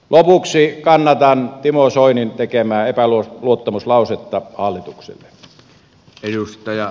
lopuksi kannatan timo soinin tekemää epäluottamuslausetta hallitukselle